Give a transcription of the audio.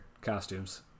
costumes